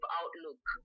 outlook